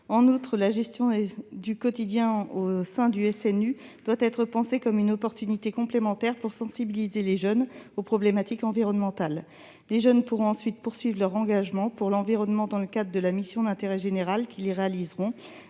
En outre, la gestion du quotidien au sein du SNU doit être pensée comme une occasion complémentaire de sensibiliser les jeunes aux problématiques environnementales. Les jeunes pourront ensuite poursuivre leur engagement pour l'environnement dans le cadre de la mission d'intérêt général qu'ils réaliseront,